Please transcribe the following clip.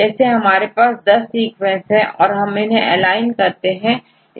यदि हमारे पास10 सीक्विंस है हम यहां इन्हें एलाइन करते हैं